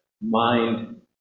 mind